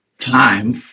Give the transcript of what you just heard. time